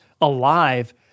alive